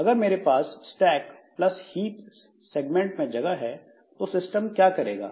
अगर मेरे पास स्टैक प्लस हीप सेगमेंट में जगह है तो सिस्टम क्या करेगा